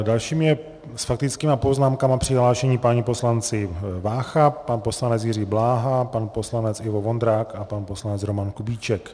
Dalšími jsou s faktickými poznámkami přihlášeni páni poslanci Vácha, pan poslanec Jiří Bláha, pan poslanec Ivo Vondrák a pan poslanec Roman Kubíček.